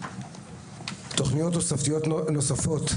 תכניות נוספות: